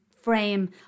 frame